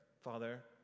Father